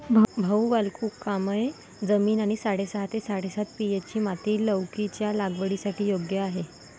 भाऊ वालुकामय जमीन आणि साडेसहा ते साडेसात पी.एच.ची माती लौकीच्या लागवडीसाठी योग्य आहे